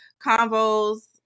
Convos